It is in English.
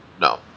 no